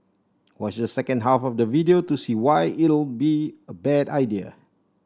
watch the second half of the video to see why it'll be a bad idea